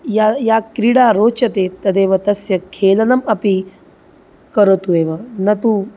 या या क्रीडा रोचते तदेव तस्य खेलनम् अपि करोतु एव न तु